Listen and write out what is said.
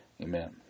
amen